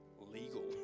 legal